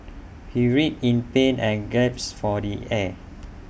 he writhed in pain and gasped for the air